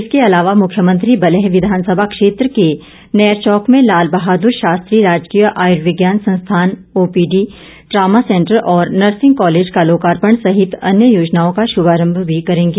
इसके अलावा मुख्यमंत्री बल्ह विधानसभा क्षेत्र के नेरचौक में लाल बहादुर शास्त्री राजकीय आयुर्विज्ञान संस्थान ओपीडी ट्रामा सेंटर और नर्सिंग कॉलेज का लोकापर्ण सहित अन्य योजनाओं का शुभारंभ भी करेंगे